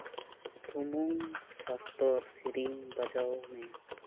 ᱥᱩᱢᱩᱝ ᱥᱟᱥᱛᱚᱨ ᱥᱮᱨᱮᱧ ᱵᱟᱡᱟᱣ ᱢᱮ